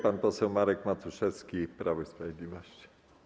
Pan poseł Marek Matuszewski, Prawo i Sprawiedliwość.